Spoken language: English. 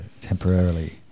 temporarily